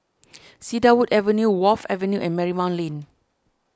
Cedarwood Avenue Wharf Avenue and Marymount Lane